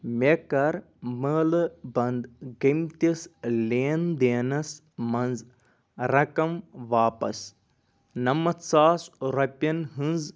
مےٚ کَر مٲلہٕ بنٛد گٔمتِس لین دینَس منٛز رقم واپس نَمَتھ ساس رۄپیَن ہنٛز